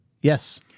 Yes